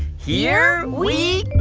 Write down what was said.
here we